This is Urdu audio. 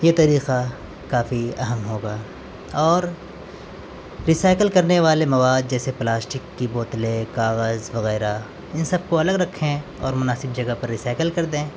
یہ طریقہ کافی اہم ہوگا اور ریسائکل کرنے والے مواد جیسے پلاسٹک کی بوتلیں کاغذ وغیرہ ان سب کو الگ رکھیں اور مناسب جگہ پر ریسائکل کر دیں